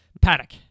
Paddock